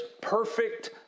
perfect